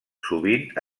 sovint